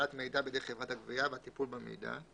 קבלת מידע בידי חברת גבייה והטיפול במידע.